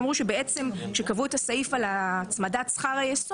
הם אמרו שכשקבעו את הסעיף על הצמדת שכר היסוד,